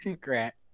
Grant